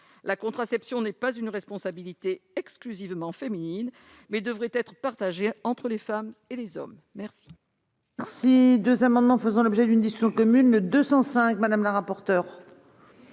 La contraception n'est pas une responsabilité exclusivement féminine. Elle doit être partagée entre les femmes et les hommes. Je